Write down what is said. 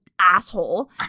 asshole